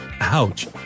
Ouch